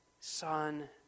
son